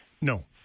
no